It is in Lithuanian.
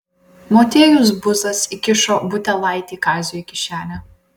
motiejus buzas įkišo butelaitį kaziui į kišenę